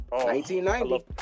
1990